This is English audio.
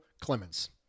Clemens